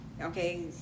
okay